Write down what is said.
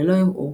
ללא ערעור,